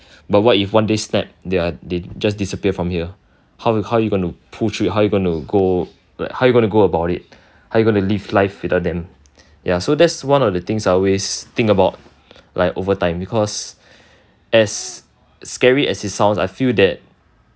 but what if one day snap they're they just disappear from here how how you going to pull through how you going to go like how you going to go about it how you going to live life without them ya so that's one of the things I always think about like over time because as scary as it sounds I feel that